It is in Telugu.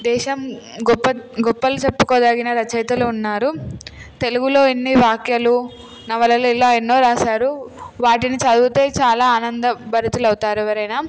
దేశం గొప్పలు గొప్పలు చెప్పుకోదగిన రచయితలు ఉన్నారు తెలుగులో ఇన్ని వాక్యాలు నవలలు ఇలా ఎన్నో రాశారు వాటిని చదివితే చాలా ఆనందం భరితులవుతారు ఎవరైనా